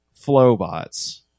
Flowbots